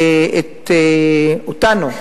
אותנו,